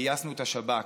גייסנו את השב"כ,